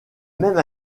même